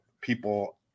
people